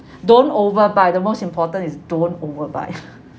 don't overbuy the most important is don't overbuy